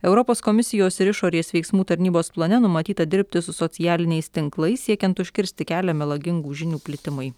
europos komisijos ir išorės veiksmų tarnybos plane numatyta dirbti su socialiniais tinklais siekiant užkirsti kelią melagingų žinių plitimui